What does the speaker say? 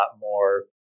more